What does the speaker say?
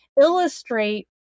illustrate